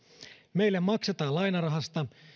meille maksetaan lainarahasta